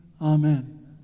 Amen